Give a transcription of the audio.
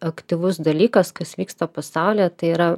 aktyvus dalykas kas vyksta pasaulyje tai yra